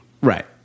Right